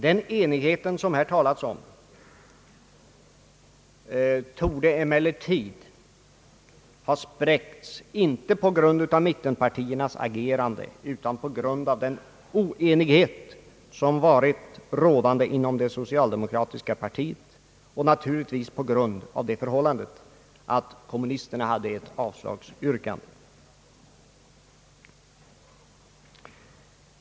Den enighet som här talats om torde emellertid ha spräckts inte på grund av mittenpartiernas agerande utan på grund av den oenighet som varit rådande inom det socialdemokratiska partiet, och naturligtvis på grund av det förhållandet att kommunisterna hade ett avslagsyrkande.